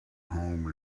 home